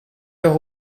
heure